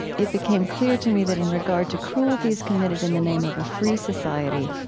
it became clear to me that in regard to cruelties committed in the name of a free society,